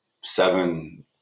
seven